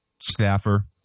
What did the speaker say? staffer